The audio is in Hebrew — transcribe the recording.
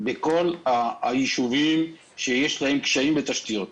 בכל היישובים שיש להם קשיים בתשתיות.